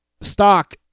stock